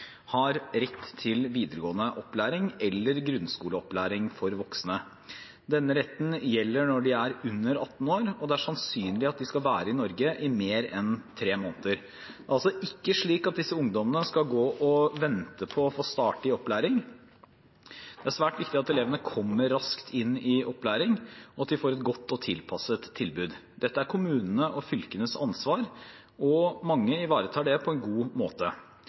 har rett til videregående opplæring eller grunnskoleopplæring for voksne. Denne retten gjelder når de er under 18 år og det er sannsynlig at de skal være i Norge i mer enn tre måneder. Det er altså ikke slik at disse ungdommene skal gå og vente på å få starte med opplæring. Det er svært viktig at elevene kommer raskt inn i opplæring, og at de får et godt og tilpasset tilbud. Dette er kommunenes og fylkenes ansvar, og mange ivaretar det på en god måte.